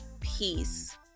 peace